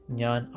Nyan